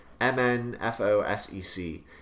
M-N-F-O-S-E-C